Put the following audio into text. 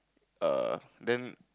err then